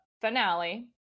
finale